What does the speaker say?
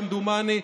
כמדומני,